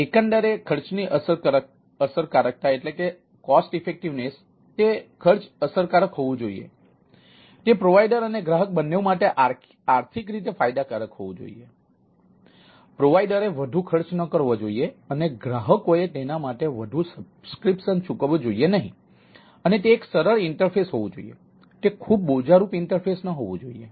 એકંદરે ખર્ચની અસરકારકતા હોવું જોઈએ તે ખૂબ બોજારૂપ ઇન્ટરફેસ ન હોવું જોઈએ